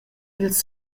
ils